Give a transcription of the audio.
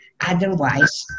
Otherwise